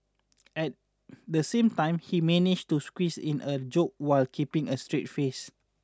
at the same time he managed to squeeze in a joke while keeping a straight face